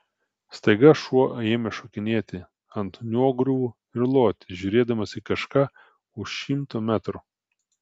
staiga šuo ėmė šokinėti ant nuogriuvų ir loti žiūrėdamas į kažką už šimto metrų